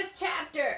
chapter